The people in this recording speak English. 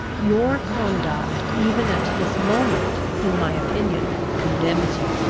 your conduct even at this moment, in my opinion, condemns you.